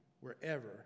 wherever